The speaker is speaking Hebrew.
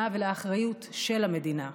למדינה ולאחריות של המדינה.